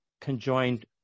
conjoined